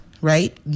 right